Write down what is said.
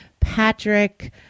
Patrick